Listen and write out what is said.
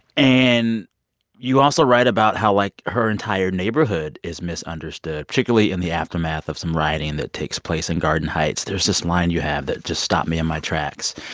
and you also write about how, like, her entire neighborhood is misunderstood, particularly in the aftermath of some rioting that takes place in garden heights. there's this line you have that just stopped me in my tracks,